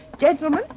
Gentlemen